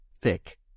thick